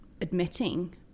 admitting